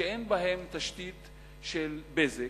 שאין בהם תשתית של "בזק",